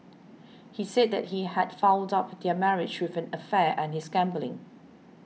he said that he had fouled up their marriage with an affair and his gambling